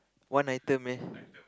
one item meh